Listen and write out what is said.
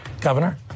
Governor